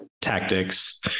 Tactics